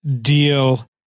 deal